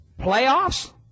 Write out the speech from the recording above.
Playoffs